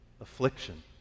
Affliction